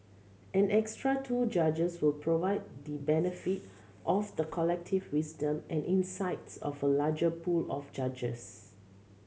an extra two judges will provide the benefit of the collective wisdom and insights of a larger pool of judges